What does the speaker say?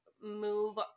move